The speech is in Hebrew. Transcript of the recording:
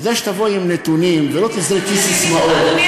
כדאי שתבואי עם נתונים ולא תזרקי ססמאות.